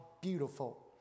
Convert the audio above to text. Beautiful